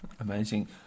amazing